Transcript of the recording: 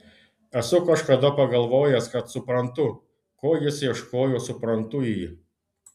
esu kažkada pagalvojęs kad suprantu ko jis ieškojo suprantu jį